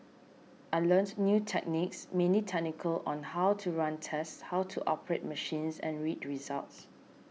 I learnt new techniques mainly technical on how to run tests how to operate machines and read results